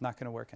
not going to work